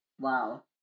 Wow